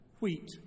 wheat